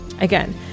Again